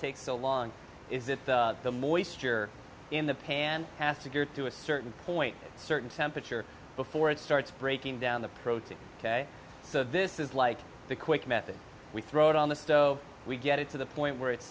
takes so long is that the moisture in the pan has to get to a certain point certain temperature before it starts breaking down the protein ok so this is like the quick method we throw out on the stove we get it to the point where it's